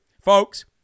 folks